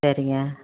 சரிங்க